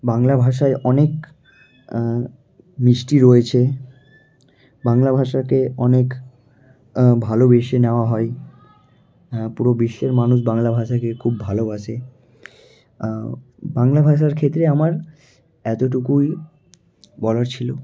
বাংলা ভাষায় অনেক মিষ্টি রয়েছে বাংলা ভাষাকে অনেক ভালোবেসে নেওয়া হয় হ্যাঁ পুরো বিশ্বের মানুষ বাংলা ভাষাকে খুব ভালোবাসে বাংলা ভাষার ক্ষেত্রে আমার এতটুকুই বলার ছিলো